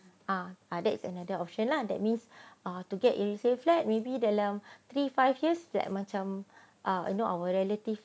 ah that's another option lah that means to get a resale flat maybe dalam three five years that macam ah you know our relative